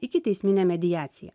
ikiteisminė mediacija